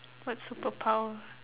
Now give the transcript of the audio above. what superpower